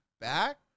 back